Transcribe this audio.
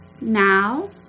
Now